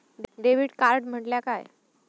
Debit card म्हटल्या काय?